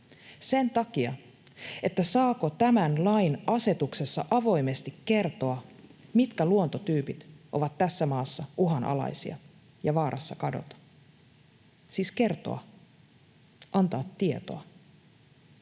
Sen takia, saako tämän lain asetuksessa avoimesti kertoa, mitkä luontotyypit ovat tässä maassa uhanalaisia ja vaarassa kadota — siis kertoa, antaa tietoa.